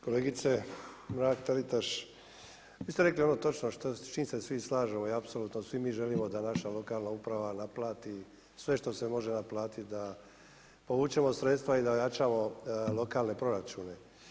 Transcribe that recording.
Kolegice Mrak-Taritaš, vi ste rekli ono točno s čim se svi slažemo i apsolutno svi mi želimo da naša lokalna uprava naplati sve što se može naplatiti da povučemo sredstva i da jačamo lokalne proračune.